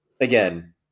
again